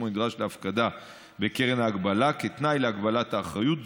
הנדרש להפקדה בקרן ההגבלה כתנאי להגבלת האחריות,